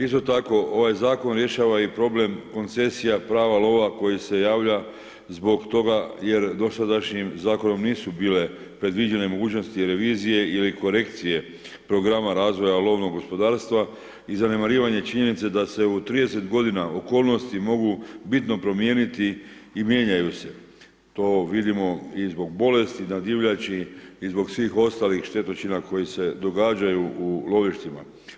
Isto tako, rješava i problem koncesija prava lova koji se javlja zbog toga jer dosadašnjim zakonom nisu bile predviđene mogućnost ili vizije ili korekcije programa razvoja lovnom gospodarstva i zanemarivanje činjenice da se u 30 g. okolnosti mogu bitno promijeniti i mijenjaju e. to vidimo i zbog bolesti na divljači i zbog svih ostalih štetočina koje se događaju u lovištima.